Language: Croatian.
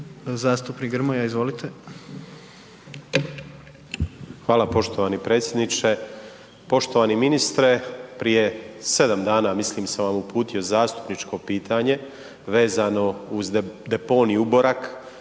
**Grmoja, Nikola (MOST)** Hvala poštovani predsjedniče. Poštovani ministre, prije 7 dana, mislim, sam vam uputio zastupničko pitanje vezano uz deponij Uborak